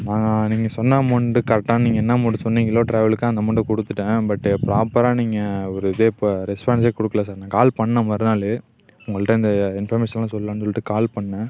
நாங்கள் நீங்கள் சொன்ன அமௌண்ட்டு கரெட்டாக நீங்கள் என்ன அமௌண்ட் சொன்னீங்களோ ட்ராவலுக்கு அந்த அமௌண்ட்டை கொடுத்துட்டேன் பட்டு ப்ராப்பராக நீங்கள் ஒரு இதே ப ரெஸ்பான்ஸே கொடுக்கல சார் நான் கால் பண்ணிணேன் மறுநாள் உங்கள்கிட்ட இந்த இன்ஃபர்மேஷன்லாம் சொல்லணும்னு சொல்லிட்டு கால் பண்ணிணேன்